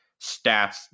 stats